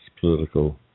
political